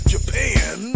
Japan